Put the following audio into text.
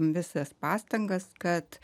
visas pastangas kad